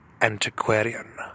antiquarian